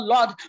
Lord